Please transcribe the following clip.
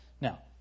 Now